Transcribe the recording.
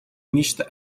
нечто